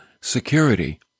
security